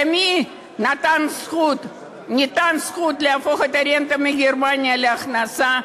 למי ניתנה זכות להפוך את הרנטה מגרמניה להכנסה?